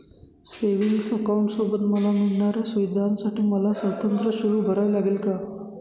Savings अकाउंटसोबत मला मिळणाऱ्या सुविधांसाठी मला स्वतंत्र शुल्क भरावे लागेल का?